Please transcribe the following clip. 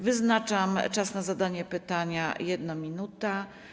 Wyznaczam czas na zadanie pytania - 1 minuta.